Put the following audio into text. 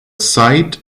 site